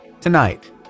tonight